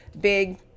big